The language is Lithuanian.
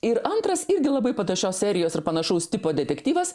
ir antras irgi labai panašios serijos ir panašaus tipo detektyvas